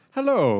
Hello